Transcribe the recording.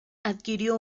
adquirió